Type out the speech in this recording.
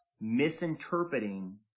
misinterpreting